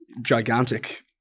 gigantic